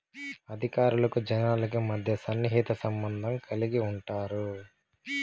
అధికారులకు జనాలకి మధ్య సన్నిహిత సంబంధం కలిగి ఉంటారు